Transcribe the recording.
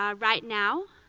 um right now,